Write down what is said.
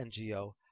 NGO